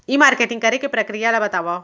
ई marketing करे के प्रक्रिया ला बतावव?